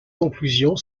conclusions